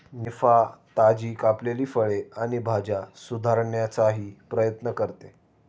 निफा, ताजी कापलेली फळे आणि भाज्या सुधारण्याचाही प्रयत्न करते